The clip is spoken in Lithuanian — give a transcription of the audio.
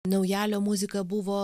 naujalio muzika buvo